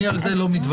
אני על זה לא מתווכח.